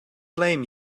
blame